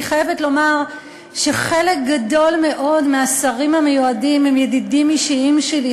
אני חייבת לומר שחלק גדול מאוד מהשרים המיועדים הם ידידים אישיים שלי,